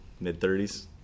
mid-30s